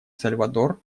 сальвадор